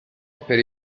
per